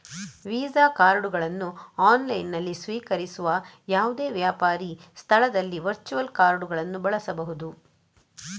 visa ಕಾರ್ಡುಗಳನ್ನು ಆನ್ಲೈನಿನಲ್ಲಿ ಸ್ವೀಕರಿಸುವ ಯಾವುದೇ ವ್ಯಾಪಾರಿ ಸ್ಥಳದಲ್ಲಿ ವರ್ಚುವಲ್ ಕಾರ್ಡುಗಳನ್ನು ಬಳಸಬಹುದು